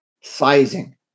sizing